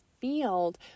field